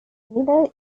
miller